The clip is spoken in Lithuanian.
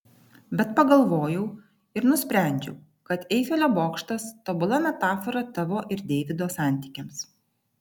bet pagalvojau ir nusprendžiau kad eifelio bokštas tobula metafora tavo ir deivido santykiams